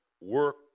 Work